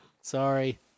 Sorry